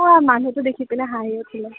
অঁ মানুহটো দেখি পেলাই হাঁহি উঠিলে